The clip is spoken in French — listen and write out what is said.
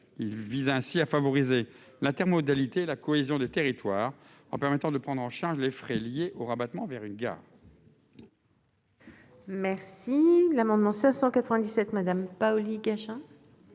visons ainsi à favoriser l'intermodalité et la cohésion des territoires, en permettant de prendre en charge les frais liés au rabattement vers une gare.